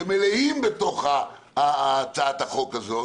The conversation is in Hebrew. שמלאות בתוך הצעת החוק הזאת,